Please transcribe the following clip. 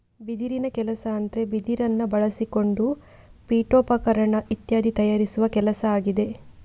ಬಿದಿರಿನ ಕೆಲಸ ಅಂದ್ರೆ ಬಿದಿರನ್ನ ಬಳಸಿಕೊಂಡು ಪೀಠೋಪಕರಣ ಇತ್ಯಾದಿ ತಯಾರಿಸುವ ಕೆಲಸ ಆಗಿದೆ